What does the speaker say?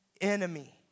enemy